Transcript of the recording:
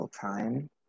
time